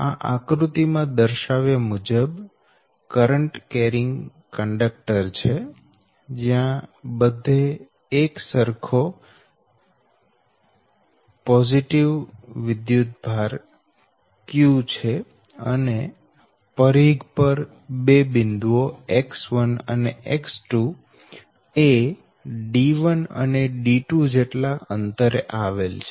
આ આકૃતિ માં દર્શાવ્યા મુજબ વિદ્યુતપ્રવાહ વહનકર્તા વાહક છે જ્યા બધે એકસરખો ઘન વિદ્યુતભાર Q છે અને પરિઘ પર બે બિંદુઓ X1 અને X2 એ D1 અને D2 જેટલા અંતરે આવેલ છે